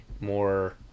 more